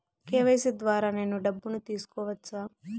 KYC ద్వారా నేను డబ్బును తీసుకోవచ్చా?